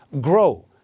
grow